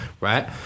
right